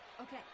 Okay